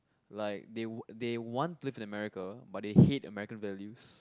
like they they want to live in America but they hate American values